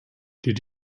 did